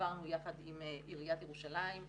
חברנו יחד עם עיריית ירושלים.